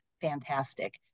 fantastic